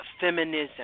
feminism